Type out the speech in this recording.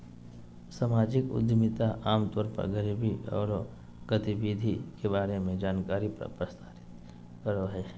सामाजिक उद्यमिता आम तौर पर गरीबी औरो गतिविधि के बारे में जानकारी प्रसारित करो हइ